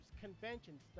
conventions